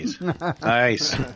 nice